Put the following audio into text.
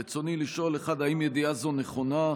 רצוני לשאול: 1. האם ידיעה זו נכונה?